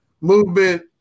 movement